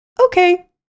Okay